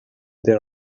their